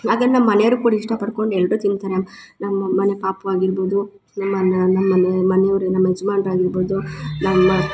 ಅದನ್ನ ಮನೆಯವರು ಕೂಡ ಇಷ್ಟಪಡ್ಕೊಂಡು ಎಲ್ಲರು ತಿಂತಾರೆ ನಮ್ಮ ಮನೆ ಪಾಪು ಆಗಿರ್ಬೋದು ನಿಮ್ಮನ್ನ ನಮ್ಮನೆ ಮನಿಯವರಿಂದ ನಮ್ಮ ಯಜ್ಮಾನ್ರ ಆಗಿರ್ಬೋದು ನಮ್ಮ